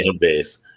base